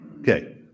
Okay